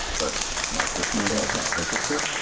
but my crystal ball is not perfect here.